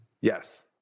Yes